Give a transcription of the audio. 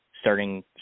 starting